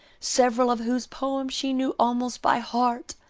several of whose poems she knew almost by heart.